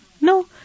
No